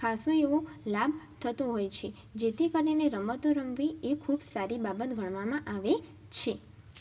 ખાસો એવો લાભ થતો હોય છે જેથી કરીને રમતો રમવી એ ખૂબ સારી બાબત ગણવામાં આવે છે